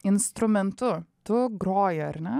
instrumentu tu groji ar ne